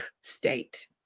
state